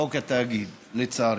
בחוק התאגיד, לצערי.